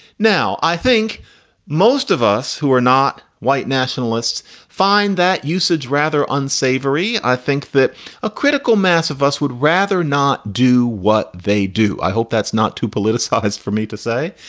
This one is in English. now i think most of us who are not white nationalists find that usage rather unsavory. i think that a critical mass of us would rather not do what they do. i hope that's not too politicized for me to say.